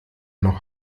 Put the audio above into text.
noch